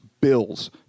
Bills